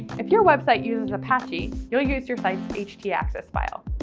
if your website uses apache, you'll use your site's htaccess file.